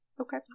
Okay